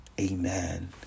amen